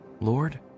Lord